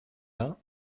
l’un